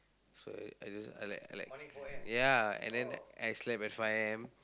so I I just I like I like ya and then I slept at five A_M